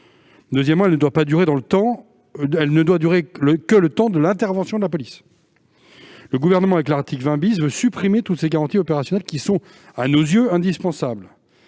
deuxièmement, elle ne doit durer que le temps de l'intervention de la police. Le Gouvernement, en voulant rétablir l'article 20 , cherche à supprimer toutes ces garanties opérationnelles qui sont à nos yeux indispensables.